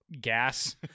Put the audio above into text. gas